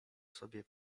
sobie